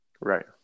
right